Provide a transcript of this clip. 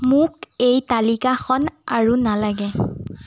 মোক এই তালিকাখন আৰু নালাগে